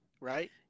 right